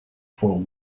for